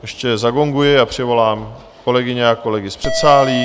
Ještě zagonguji a přivolám kolegyně a kolegy z předsálí.